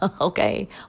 okay